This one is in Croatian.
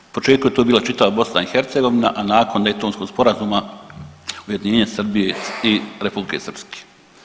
U početku je to bila čitava BiH, a nakon Daytonskog sporazuma ujedinjenje Srbije i Republike Srpske.